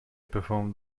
performed